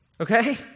okay